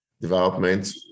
development